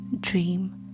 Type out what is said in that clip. dream